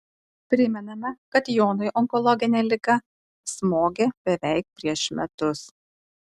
primename kad jonui onkologinė liga smogė beveik prieš metus